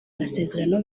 amasezerano